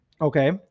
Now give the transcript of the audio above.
Okay